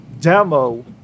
demo